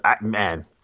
man